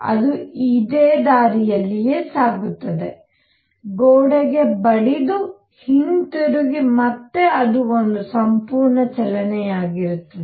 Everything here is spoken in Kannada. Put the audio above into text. ಅದು ಈ ದಾರಿಯಲ್ಲಿ ಹೋಗುತ್ತದೆ ಗೋಡೆಗೆ ಬಡಿದು ಹಿಂತಿರುಗಿ ಮತ್ತು ಅದು ಒಂದು ಸಂಪೂರ್ಣ ಚಲನೆಯಾಗಿರುತ್ತದೆ